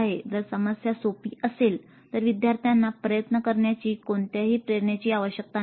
जर समस्या सोपी असेल तर विद्यार्थ्यांना प्रयत्न करण्याची कोणत्याही प्रेरणेची आवश्यकता नसते